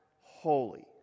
holy